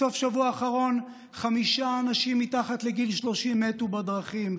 בסוף השבוע האחרון חמישה אנשים מתחת לגיל 30 מתו בדרכים.